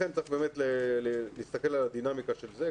לכן צריך להסתכל על הדינמיקה של זה.